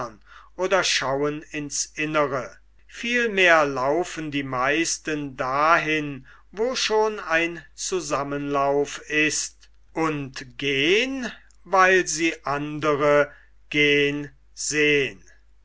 oder schauen ins innere vielmehr laufen die meisten dahin wo schon ein zusammenlauf ist und gehn weil sie andre gehen sehn